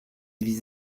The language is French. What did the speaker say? vise